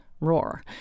roar